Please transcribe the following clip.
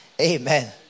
Amen